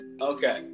Okay